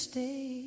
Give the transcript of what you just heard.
Stay